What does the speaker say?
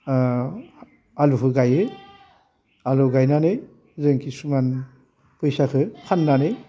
आलुखौ गाइयो आलु गायनानै जों खिसुमान फैसाखो फान्नानै